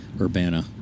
Urbana